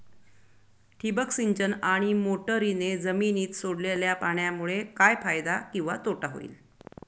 ठिबक सिंचन आणि मोटरीने जमिनीत सोडलेल्या पाण्यामुळे काय फायदा किंवा तोटा होईल?